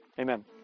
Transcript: amen